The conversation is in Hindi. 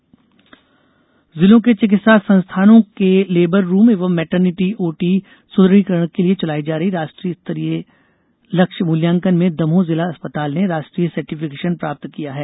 दमोह जिला अस्पताल जिलों के चिकित्सा संस्थानों के लेबर रूम एवं मैटरनिटी ओटी सुद्रदिकरण के लिए चलाई जा रही राष्ट्रीय स्तरीय लक्ष्य मुल्यांकन में दमोह जिला अस्पताल ने राष्ट्रीय सर्टिफिकेशन प्राप्त किया है